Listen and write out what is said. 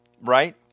right